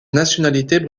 nationalité